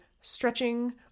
stretching